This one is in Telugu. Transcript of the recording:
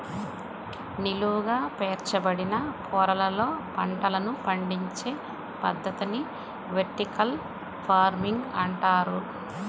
నిలువుగా పేర్చబడిన పొరలలో పంటలను పండించే పద్ధతిని వెర్టికల్ ఫార్మింగ్ అంటారు